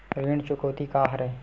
ऋण चुकौती का हरय?